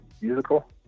musical